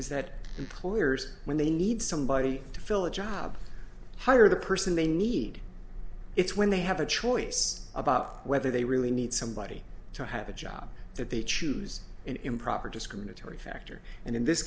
is that employers when they need somebody to fill a job hire the person they need it's when they have a choice about whether they really need somebody to have a job that they choose improper discriminatory